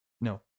No